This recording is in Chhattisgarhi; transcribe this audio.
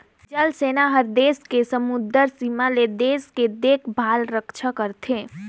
जल सेना हर देस के समुदरर सीमा ले देश के देखभाल रक्छा करथे